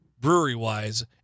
brewery-wise